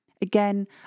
Again